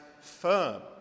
firm